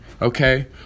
okay